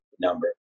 number